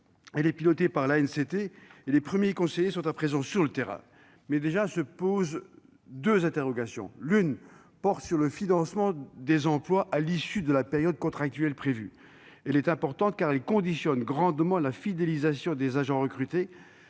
salue, comme il se doit. Les premiers conseillers sont à présent sur le terrain, mais déjà se posent deux questions. La première interrogation porte sur le financement des emplois à l'issue de la période contractuelle prévue. Elle est importante, car elle conditionne grandement la fidélisation des agents recrutés,